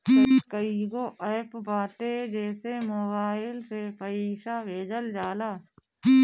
कईगो एप्प बाटे जेसे मोबाईल से पईसा भेजल जाला